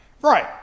right